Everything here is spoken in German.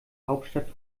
hauptstadt